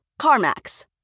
CarMax